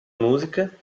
música